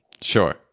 sure